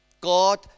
God